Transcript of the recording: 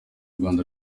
rwanda